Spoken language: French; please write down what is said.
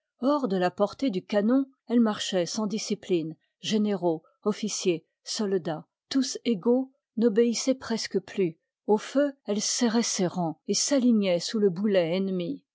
hors de la portée du canon elle marchoit sans discipline généraux officiers soldats tous égaux n'obéissoient presque plus au feu elle serroit ses rangs et s'alignoit sou le boulet ennemi